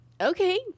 Okay